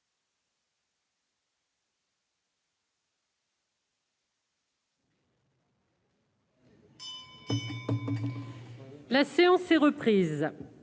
La séance est reprise.